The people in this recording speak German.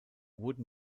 wurden